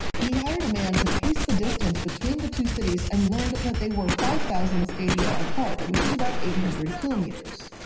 he hired a man to pace the distance between the two cities and learned that they were five thousand stadia apart, which is about eight hundred kilometers.